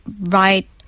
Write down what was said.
right